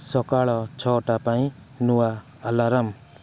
ସକାଳ ଛଅଟା ପାଇଁ ନୂଆ ଆଲାର୍ମ